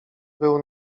był